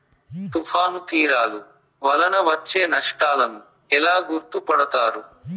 తుఫాను తీరాలు వలన వచ్చే నష్టాలను ఎలా గుర్తుపడతారు?